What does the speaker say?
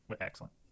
Excellent